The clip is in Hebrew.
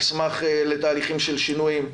נשמח לתהליכים של שינויים.